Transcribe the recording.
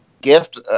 gift